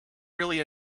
really